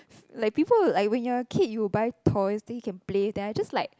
like people like when you are kid you will buy toys then you can play there just like